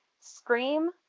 Scream